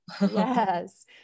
Yes